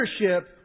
leadership